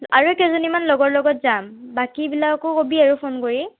আৰু কেইজনীমান লগৰ লগত যাম বাকীবিলাককো ক'বি আৰু ফোন কৰি